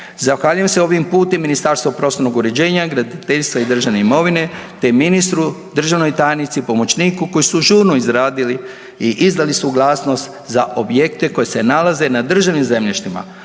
Zahvaljujem se ovim putem Ministarstvu prostornog uređenja, graditeljstva i državne imovine, te ministru, državnoj tajnici, pomoćniku koji su žurno izradili i izdali suglasnost za objekte koji se nalaze na državnim zemljištima